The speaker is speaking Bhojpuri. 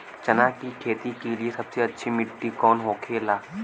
चना की खेती के लिए सबसे अच्छी मिट्टी कौन होखे ला?